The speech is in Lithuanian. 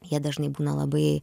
jie dažnai būna labai